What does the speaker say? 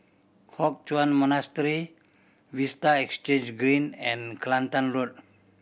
Hock Chuan Monastery Vista Exhange Green and Kelantan Road